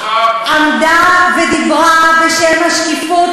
עמדה ודיברה בשם השקיפות,